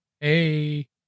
Hey